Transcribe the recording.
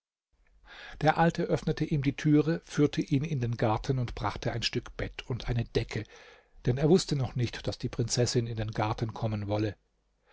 der alte öffnete ihm die türe führte ihn in den garten und brachte ein stück bett und eine decke denn er wußte noch nicht daß die prinzessin in den garten kommen wolle